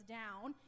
down